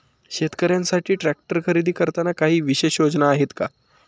शेतकऱ्यांसाठी ट्रॅक्टर खरेदी करताना काही विशेष योजना आहेत का?